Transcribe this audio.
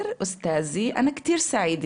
הלהט"בים ואנשים שאין להם מעמד,